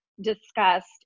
discussed